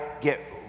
get